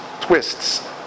twists